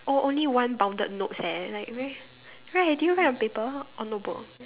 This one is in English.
oh only one bounded notes eh like very right do you write on paper or notebook